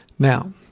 Now